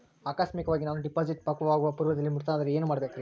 ಆಕಸ್ಮಿಕವಾಗಿ ನಾನು ಡಿಪಾಸಿಟ್ ಪಕ್ವವಾಗುವ ಪೂರ್ವದಲ್ಲಿಯೇ ಮೃತನಾದರೆ ಏನು ಮಾಡಬೇಕ್ರಿ?